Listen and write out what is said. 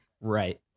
Right